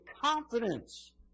confidence